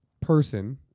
person